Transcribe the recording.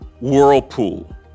Whirlpool